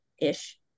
ish